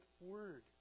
word